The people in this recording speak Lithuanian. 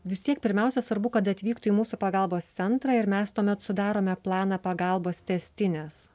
vis tiek pirmiausia svarbu kad atvyktų į mūsų pagalbos centrą ir mes tuomet sudarome planą pagalbos tęstinės